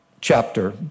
chapter